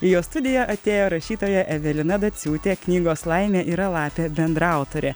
į jo studiją atėjo rašytoja evelina daciūtė knygos laimė yra lapė bendraautorė